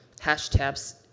hashtags